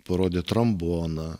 parodė tromboną